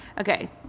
Okay